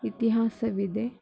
ಇತಿಹಾಸವಿದೆ